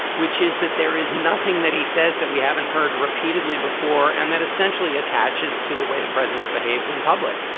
which is that there is nothing that he says that we haven't heard repeatedly before and that essentially attaches to the way the president behaves in public.